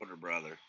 brother